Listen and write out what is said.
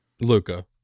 Luca